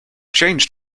changed